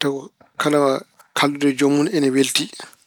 tawa kala kaalduɗo e joomun ina welti.